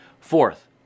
Fourth